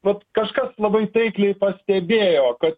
vat kažkas labai taikliai pastebėjo kad